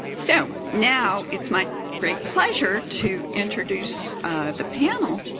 so now it's my great pleasure to introduce the panel.